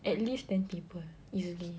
at least ten people easily